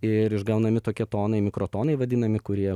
ir išgaunami tokie tonai mikrotonai vadinami kurie